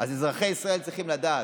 אז אזרחי ישראל צריכים לדעת,